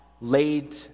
laid